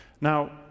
Now